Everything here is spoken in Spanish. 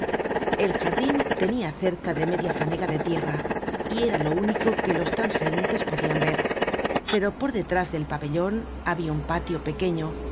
el jardin tenia cerca de media fanega de tierra y era lo único que los transeuntes podian ver pero por detrás del pabellon habia un patio pequeño